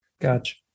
Gotcha